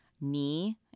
knee